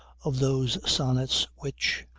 of those sonnets which.